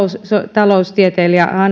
taloustieteilijä